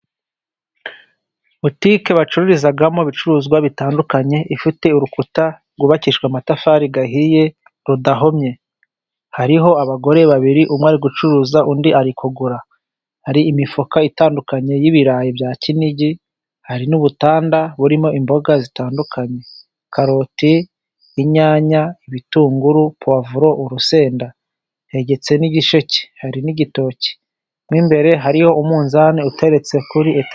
Botike bacururizamo ibicuruzwa bitandukanye ifite urukuta rwubakishijwe amatafari ahiye rudahomye hariho abagore babiri umwe ari gucuruza undi ari kugura. Hari imifuka itandukanye y'ibirayi bya Kinigi hari n'ubutanda burimo imboga zitandukanye karoti, inyanya, ibitunguru, puwavuro, urusenda. Hegetse n'igisheke hari n'igitoki mo imbere hariyo umunzani uteretse kuri eta.